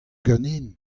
ganin